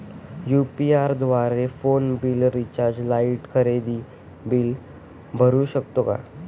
UPI द्वारे phone bill, recharge, light, खरेदी bill भरू शकतो का?